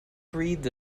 breathed